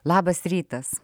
labas rytas